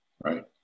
Right